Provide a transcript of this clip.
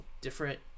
different